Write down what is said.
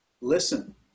Listen